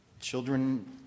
children